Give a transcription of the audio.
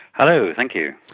hello, thank you.